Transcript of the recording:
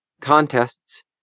contests